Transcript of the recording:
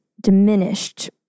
diminished